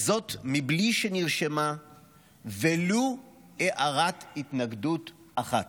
וזאת, בלי שנרשמה ולו הערת התנגדות אחת.